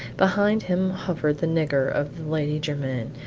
behind him hovered the nigger of the lady jermyn,